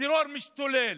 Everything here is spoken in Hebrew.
הטרור משתולל,